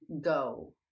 go